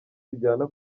tujyana